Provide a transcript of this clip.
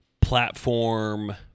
platform